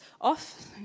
off